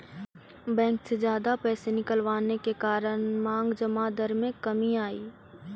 bank से जादा पैसे निकलवाने के कारण मांग जमा दर में कमी आई